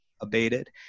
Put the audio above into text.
abated